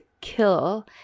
kill